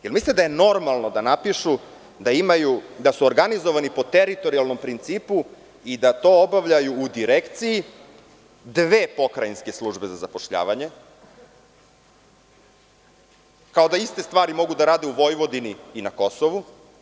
Da li mislite da je normalno da napišu da su organizovani po teritorijalnom principu i da to obavljaju u direkciji dve pokrajinske službe za zapošljavanje, kao da iste stvari mogu da rade u Vojvodini i na Kosovu?